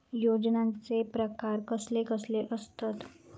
योजनांचे प्रकार कसले कसले असतत?